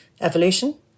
Evolution